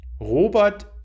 robert